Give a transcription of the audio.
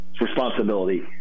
responsibility